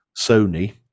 Sony